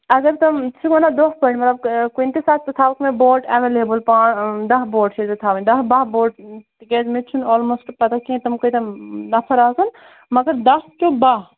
اَگر تِم چھِ وَنان دۄہ پٲٹھۍ مطلب کُنہِ تہِ ساتہٕ ژٕ تھاوَکھ مےٚ بوٹ ایٚویٚلیبٔل پانٛژھ دَہ بوٹ چھِ اَسہِ تھاوٕنۍ دَہ باہ بوٹ تِکیٛازِ مےٚ چھُنہٕ آلموسٹ پَتاہ کیٚنٛہہ تِم کٲتیٛاہ نَفر آسَن مَگر دَہ ٹُو باہ